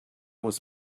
was